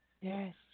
Yes